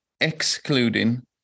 excluding